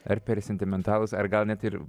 ar per sentimentalūs ar gal net ir